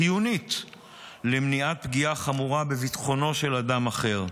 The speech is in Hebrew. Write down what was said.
חיונית למניעת פגיעה חמורה בביטחונו של אדם אחר.